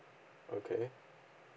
okay